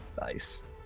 Nice